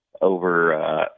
over